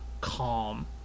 calm